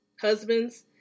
husbands